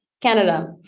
Canada